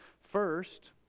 First